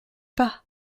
pas